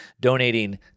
donating